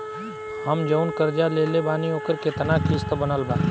हम जऊन कर्जा लेले बानी ओकर केतना किश्त बनल बा?